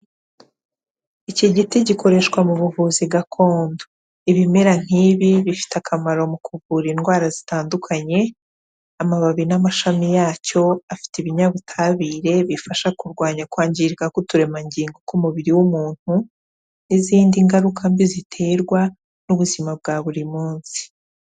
Iki giti gikoreshwa mu buvuzi gakondo, ibimera nk'ibi bifite akamaro mu kuvura indwara zitandukanye, amababi n'amashami yacyo, afite ibinyabutabire bifasha kurwanya kwangirika k'uturemangingo tw'umubiri w'umuntu, n'izindi ngaruka mbi ziterwa n'ubuzima bwa buri munsi.